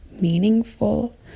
meaningful